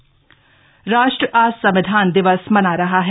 संविधान दिसव राष्ट्र आज संविधान दिवस मना रहा है